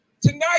tonight